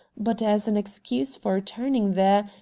but, as an excuse for returning there,